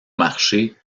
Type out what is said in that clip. marché